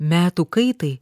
metų kaitai